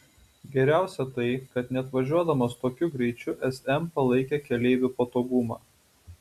geriausia tai kad net važiuodamas tokiu greičiu sm palaikė keleivių patogumą